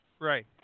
right